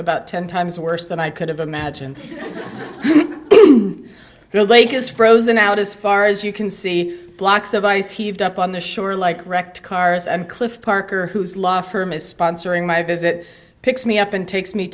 about ten times worse than i could have imagined lake is frozen out as far as you can see blocks of ice heaved up on the shore like wrecked cars and cliff parker whose law firm is sponsoring my visit picks me up and takes me